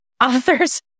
authors